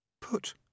Put